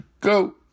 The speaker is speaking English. go